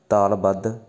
ਤਾਲਬੱਧ